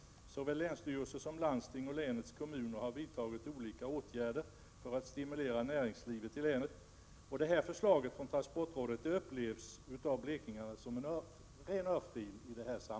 Såväl länsstyrelse som landsting och länets kommuner har vidtagit olika åtgärder för att stimulera näringslivet i länet. Mot denna bakgrund upplevs förslaget från transportrådet av blekingarna som en ren örfil.